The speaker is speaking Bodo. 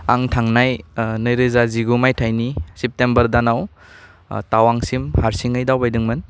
आं थांनाय ओह नैरोजा जिगु मायथाइनि सिप्टेम्बर दानाव आह टावांसिम हारसिङै दावबायदोंमोन